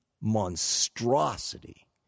monstrosity